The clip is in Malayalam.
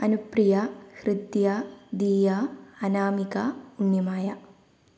അനുപ്രിയ ഹൃദ്യ ദിയ അനാമിക ഉണ്ണിമായ